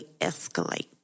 escalate